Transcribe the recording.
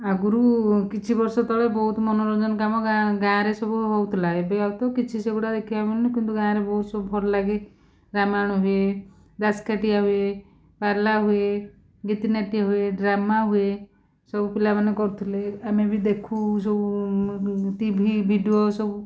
ଆଗୁରୁ କିଛି ବର୍ଷ ତଳେ ବହୁତ ମନୋରଞ୍ଜନ କାମ ଗାଁ ଗାଁରେ ସବୁ ହେଉଥିଲା ଏବେ ଆଉ ତ କିଛି ସେଇଗୁଡ଼ା ଦେଖିବାକୁ ମିଳୁନି କିନ୍ତୁ ଗାଁରେ ବହୁତ ସବୁ ଭଲ ଲାଗେ ରାମାୟଣ ହୁଏ ଦାସକାଠିଆ ହୁଏ ପାଲା ହୁଏ ଗୀତି ନାଟ୍ୟ ହୁଏ ଡ୍ରାମା ହୁଏ ସବୁ ପିଲାମାନେ କରୁଥୁଲେ ଆମେ ବି ଦେଖୁ ସବୁ ଟିଭି ଭିଡ଼ିଓ ସବୁ